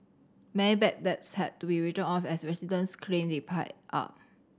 many bad debts had to be written off as residents claim they pie up